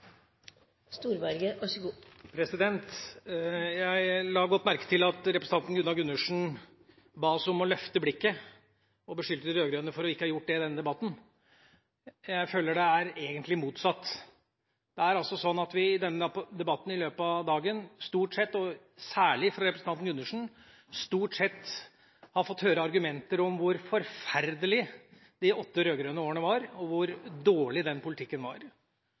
Gunnar Gundersen ba oss om å løfte blikket og beskyldte de rød-grønne for ikke å ha gjort det i denne debatten. Jeg føler egentlig at det er motsatt. I debatten i løpet av dagen har vi, særlig fra representanten Gundersen, stort sett fått høre argumenter om hvor forferdelige de åtte rød-grønne årene var, og hvor dårlig den politikken var.